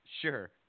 sure